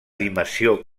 dimensió